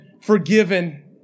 forgiven